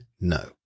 No